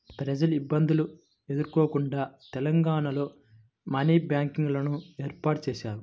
ప్రజలు ఇబ్బందులు ఎదుర్కోకుండా తెలంగాణలో మినీ బ్యాంకింగ్ లను ఏర్పాటు చేశారు